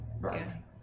Right